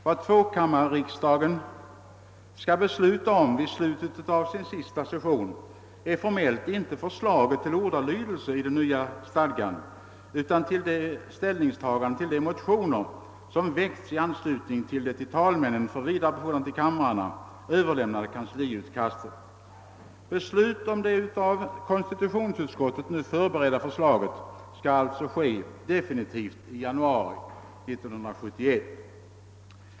Vad tvåkammarriksdagen skall besluta om vid slutet av sin sista session är formellt inte förslaget till ordalydelse i den nya stadgan, utan de motioner som väckts i anslutning till det till talmännen för vidare befordran till kamrarna överlämnade kansliutkastet. Beslutet om det nu av konstitutionsutskottet beredda = förslaget skall alltså fattas definitivt i januari 1971.